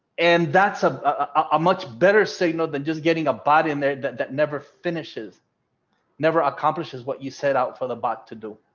and that's ah a much better signal than just getting a bot in there that that never finishes never accomplishes what you set out for the bot to do.